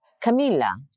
Camilla